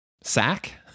Sack